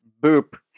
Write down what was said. Boop